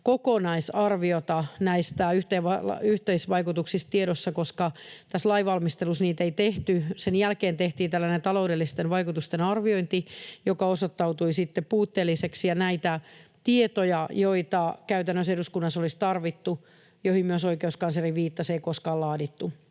kokonaisarviota näistä yhteisvaikutuksista tiedossa, koska tässä lainvalmistelussa sitä ei tehty. Sen jälkeen tehtiin tällainen taloudellisten vaikutusten arviointi, joka osoittautui sitten puutteelliseksi, ja näitä tietoja, joita käytännössä eduskunnassa olisi tarvittu ja joihin myös oikeuskansleri viittasi, ei koskaan laadittu.